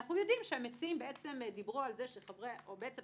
אנחנו יודעים שהמציעים דיברו על זה - היתה